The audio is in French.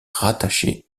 rattaché